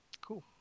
Cool